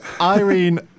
Irene